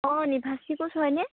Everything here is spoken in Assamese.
অঁ নিভাশ্ৰী কোচ হয়নে